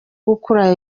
gukura